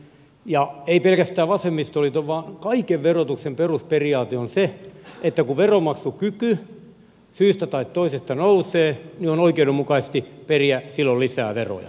ja ei pelkästään vasemmistoliiton vaan kaiken verotuksen perusperiaate on se että kun veronmaksukyky syystä tai toisesta nousee niin on oikeudenmukaista periä silloin lisää veroja